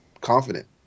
confident